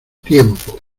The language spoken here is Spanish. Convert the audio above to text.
tiempo